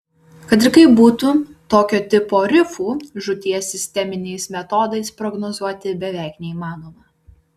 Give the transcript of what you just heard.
kad ir kaip būtų tokio tipo rifų žūties sisteminiais metodais prognozuoti beveik neįmanoma